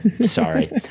Sorry